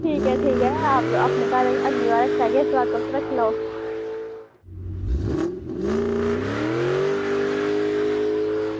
हून ते ठीक ऐ अग्गें आस्तै अपने घर रक्खी लैगे